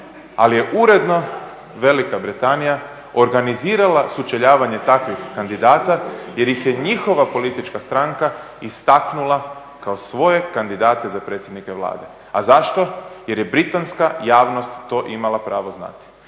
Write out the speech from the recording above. ali je uredno Velika Britanija organizirala sučeljavanje takvih kandidata jer ih je njihova politička stranka istaknula kao svoje kandidate za predsjednike Vlade. A zašto? Jer je britanska javnost to imala pravo znati.